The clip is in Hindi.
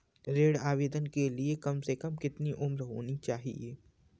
ऋण आवेदन के लिए कम से कम कितनी उम्र होनी चाहिए?